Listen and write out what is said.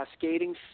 cascading